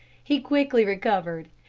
he quickly recovered.